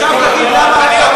עכשיו להגיד למה אני,